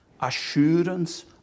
assurance